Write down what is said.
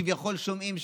שכביכול שומעים שהיום,